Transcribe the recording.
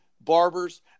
barbers